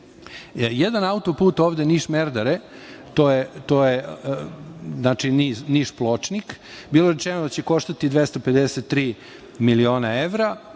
Jedan autoput ovde Niš-Merdare, znači Niš-Pločnik, bilo je rečeno da će koštati 255 miliona evra,